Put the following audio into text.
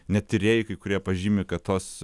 net tyrėjai kai kurie pažymi kad tos